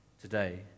today